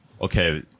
Okay